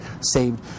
saved